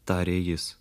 tarė jis